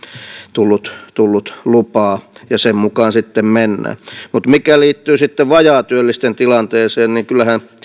tullut tullut lupaa ja sen mukaan sitten mennään mutta mitä tulee sitten vajaatyöllisten tilanteeseen niin kyllähän